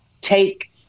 take